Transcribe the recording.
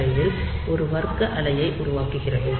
5 இல் ஒரு வர்க்க அலையை உருவாக்குகிறது